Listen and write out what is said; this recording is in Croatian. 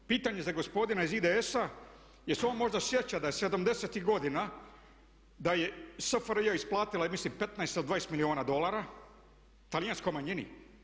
Pitanje za gospodina iz IDS-a jel' se on možda sjeća da je '70-ih godina da je SFRJ isplatila mislim 15 ili 20 milijuna dolara talijanskoj manjini?